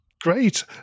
Great